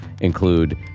include